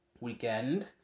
weekend